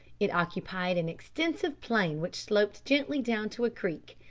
it occupied an extensive plain which sloped gently down to a creek,